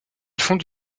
fonde